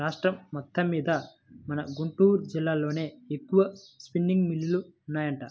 రాష్ట్రం మొత్తమ్మీద మన గుంటూరు జిల్లాలోనే ఎక్కువగా స్పిన్నింగ్ మిల్లులు ఉన్నాయంట